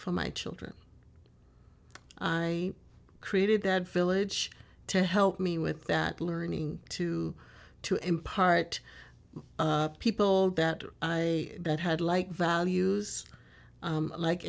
for my children i created that village to help me with that learning to to impart people that i that had like values like